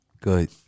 Good